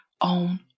own